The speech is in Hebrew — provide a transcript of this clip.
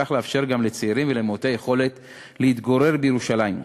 ובכך לאפשר גם לצעירים ולמעוטי יכולת להתגורר בירושלים.